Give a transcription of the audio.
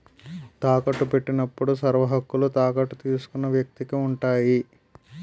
తాకట్టు పెట్టినప్పుడు సర్వహక్కులు తాకట్టు తీసుకున్న వ్యక్తికి ఉంటాయి